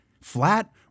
flat